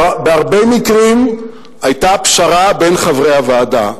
בהרבה מקרים היתה פשרה בין חברי הוועדה.